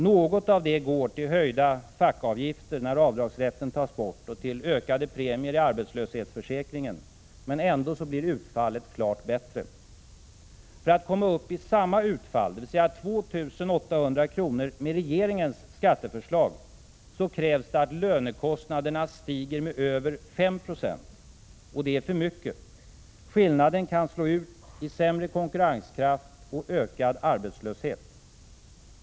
Något av det går åt till höjda fackavgifter, när avdragsrätten tas bort, och till ökade premier till arbetslöshetsförsäkringen. Ändå blir utfallet klart bättre. För att komma upp i samma utfall, dvs. 2 800 kr., med regeringens skatteförslag krävs att lönekostnaderna stiger med över 5 96. Det är för mycket. Skillnaden kan slå ut i sämre konkurrenskraft och ökad arbetslöshet.